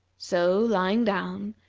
so, lying down,